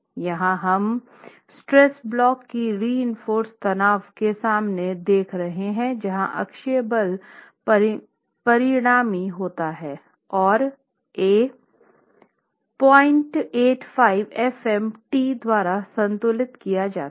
यहाँ हम stress block को रीइंफोर्स्ड तनाव के समान देख रहे है जहां अक्षीय बल परिणामी होता है और 085f m टी द्वारा संतुलित किया जाता है